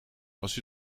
als